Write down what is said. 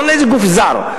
לא לאיזה גוף זר,